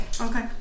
Okay